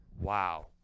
wow